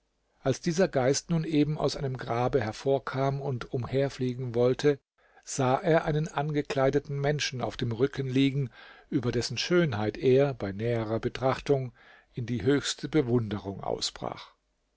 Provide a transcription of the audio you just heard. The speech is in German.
als dieser geist nun eben aus einem grabe hervorkam und umherfliegen wollte sah er einen angekleideten menschen auf dem rücken liegen über dessen schönheit er bei näherer betrachtung in die höchste bewunderung ausbrach